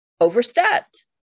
overstepped